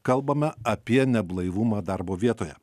kalbame apie neblaivumą darbo vietoje